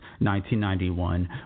1991